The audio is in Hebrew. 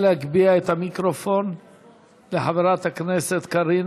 אפשר להגביר את המיקרופון לחברת הכנסת קארין